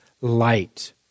light